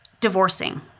divorcing